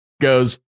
goes